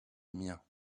mien